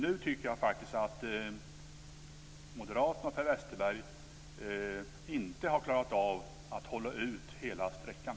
Nu tycker jag faktiskt att moderaterna och Per Westerberg inte har klarat av att hålla ut hela sträckan.